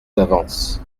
d’avance